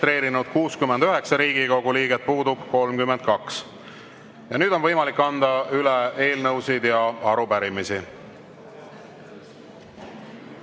32. Nüüd on võimalik anda üle eelnõusid ja arupärimisi.